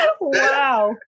Wow